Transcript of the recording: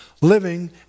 living